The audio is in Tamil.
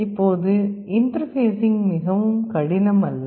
இப்போது இன்டர்பேஸிங் மிகவும் கடினம் அல்ல